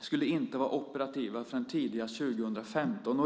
skulle inte vara operativa förrän tidigast 2015.